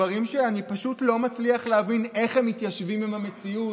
דברים שאני פשוט לא מצליח להבין איך הם מתיישבים עם המציאות,